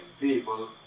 people